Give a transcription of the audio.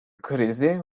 krizi